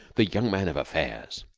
the young man of affairs.